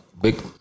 Big